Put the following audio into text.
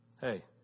Hey